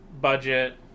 budget